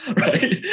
right